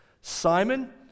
Simon